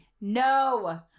No